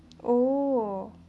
oh